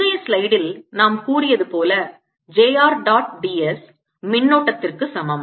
முந்தைய ஸ்லைடில் நாம் கூறியது போல j r dot ds மின்னோட்டத்திற்கு சமம்